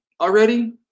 already